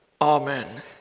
amen